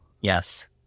Yes